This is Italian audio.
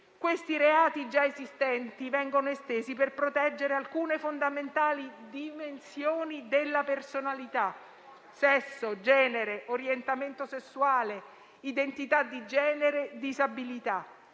Questi reati, già previsti, vengono estesi per proteggere alcune fondamentali dimensioni della personalità (sesso, genere, orientamento sessuale, identità di genere, disabilità)